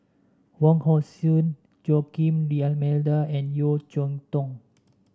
Wong Hong Suen Joaquim D'Almeida and Yeo Cheow Tong